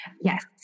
Yes